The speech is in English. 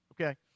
Okay